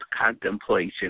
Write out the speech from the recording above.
contemplation